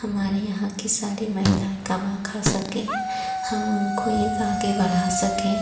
हमारे यहाँ की सारी महिलाएँ कमा खा सकें हम उनको एक आगे बढ़ा सकें